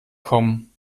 kommen